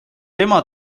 tema